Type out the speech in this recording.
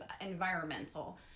environmental